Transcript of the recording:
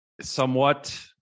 Somewhat